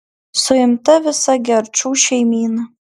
suimta visa gerčų šeimyna